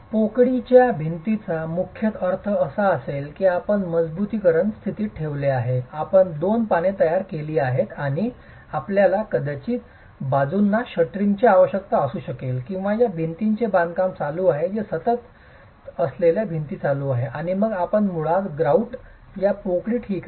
पोकळीच्या भिंतींचा मुख्यतः अर्थ असा असेल की आपण मजबुतीकरण स्थितीत ठेवले आहे आपण दोन पाने तयार केली आहेत आणि आपल्याला कदाचित बाजूंना शटरिंगची आवश्यकता असू शकेल किंवा या भिंतींचे बांधकाम चालू आहे जे सतत चालू असलेल्या भिंती चालू आहे आणि मग आपण मुळात ग्रॉउट त्या पोकळी ठीक आहे